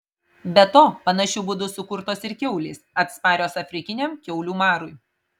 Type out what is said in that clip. be to panašiu būdu sukurtos ir kiaulės atsparios afrikiniam kiaulių marui